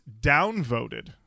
downvoted